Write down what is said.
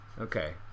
Okay